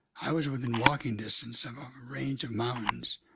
i was within walking distance of a range of mountains.